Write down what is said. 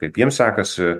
kaip jiems sekasi